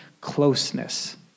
closeness